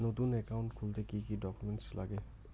নতুন একাউন্ট খুলতে কি কি ডকুমেন্ট লাগে?